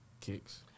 Kicks